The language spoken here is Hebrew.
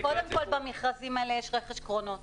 קודם כול במכרזים האלה יש רכש קרונות